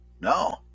No